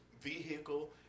vehicle